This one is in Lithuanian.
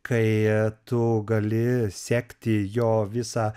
kai tu gali sekti jo visą